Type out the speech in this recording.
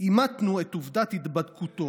אימתנו את עובדת הידבקותו.